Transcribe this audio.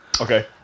Okay